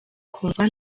kundwa